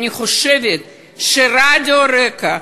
אני חושבת שרדיו רק"ע,